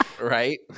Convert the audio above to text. Right